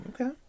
Okay